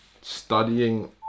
studying